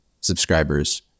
subscribers